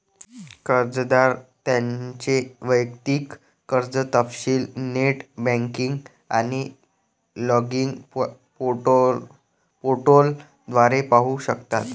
कर्जदार त्यांचे वैयक्तिक कर्ज तपशील नेट बँकिंग आणि लॉगिन पोर्टल द्वारे पाहू शकतात